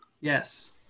Yes